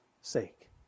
sake